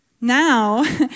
Now